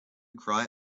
cry